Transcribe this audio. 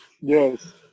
Yes